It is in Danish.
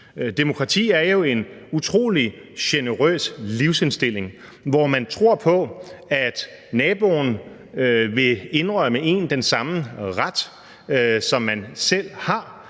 Demokrati er jo en utrolig generøs livsindstilling, hvor man tror på, at naboen vil indrømme en den samme ret, som man selv har,